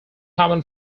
common